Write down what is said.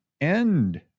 end